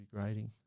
grading